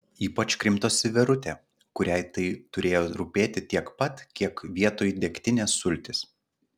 ypač krimtosi verutė kuriai tai turėjo rūpėti tiek pat kiek vietoj degtinės sultys